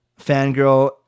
Fangirl